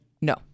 No